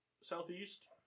Southeast